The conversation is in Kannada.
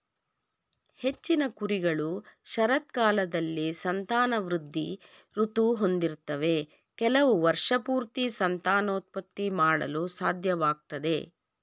ಹೆಚ್ಚಿನ ಕುರಿಗಳು ಶರತ್ಕಾಲದಲ್ಲಿ ಸಂತಾನವೃದ್ಧಿ ಋತು ಹೊಂದಿರ್ತವೆ ಕೆಲವು ವರ್ಷಪೂರ್ತಿ ಸಂತಾನೋತ್ಪತ್ತಿ ಮಾಡಲು ಸಾಧ್ಯವಾಗ್ತದೆ